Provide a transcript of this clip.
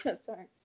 sorry